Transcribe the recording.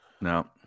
no